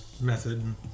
method